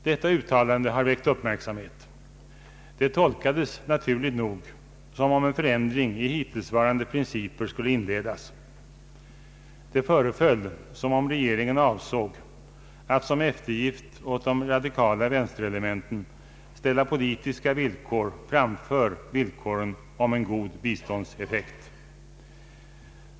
Detta uttalande har väckt uppmärksamhet. Det tolkades naturligt nog som om en förändring i hittillsvarande principer skulle inledas. Det föreföll som om regeringen avsåg att, som eftergift åt de radikala vänsterelementen, ställa politiska villkor framför villkoren om en god biståndseffekt.